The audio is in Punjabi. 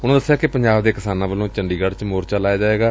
ਉਨੂਾ ਦਸਿਆ ਕਿ ਪੰਜਾਬ ਦੇ ਕਿਸਾਨਾਂ ਵੱਲੋਂ ਚੰਡੀਗੜ ਚ ਮੋਰਚਾ ਲਾਇਆ ਜਾਏਗਾ